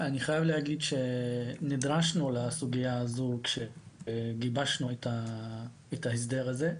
אני חייב להגיד שנדרשנו לסוגיה הזו כשגיבשנו את ההסדר הזה.